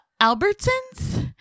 Albertson's